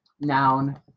Noun